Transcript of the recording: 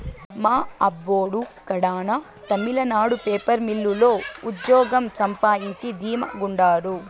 మా అబ్బోడు కడాన తమిళనాడు పేపర్ మిల్లు లో ఉజ్జోగం సంపాయించి ధీమా గుండారు